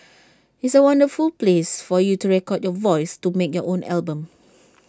it's A wonderful place for you to record your voice to make your own album